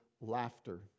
laughter